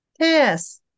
Yes